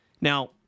Now